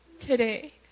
Today